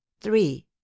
three